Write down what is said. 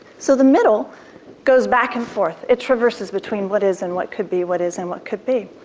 so the middle goes back and forth, it traverses between what is and what could be, what is and what could be.